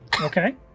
Okay